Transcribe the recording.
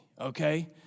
Okay